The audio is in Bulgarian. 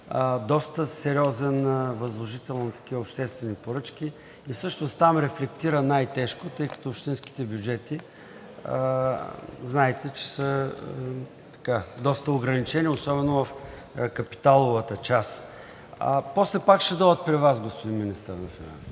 доста сериозен възложител на такива обществени поръчки и всъщност там рефлектира най-тежко, тъй като общинските бюджети, знаете, са доста ограничени, особено в капиталовата част. После пак ще дойдат при Вас, господин Министър на финансите,